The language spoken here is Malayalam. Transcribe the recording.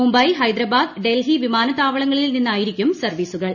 മുംബൈ ഹൈദരാബാദ് ഡൽഹി വിമാനത്താവളങ്ങളിൽ നിന്നായിരിക്കും സർവ്വീസുകൾ